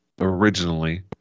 originally